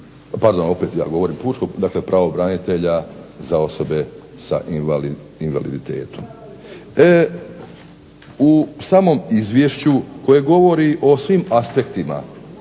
pardon opet ja govorim pučkog, dakle pravobranitelja za osobe sa invaliditetom. U samom izvješću koje govori o svim aspektima,